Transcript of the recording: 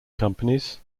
companies